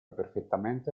perfettamente